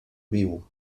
viu